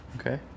Okay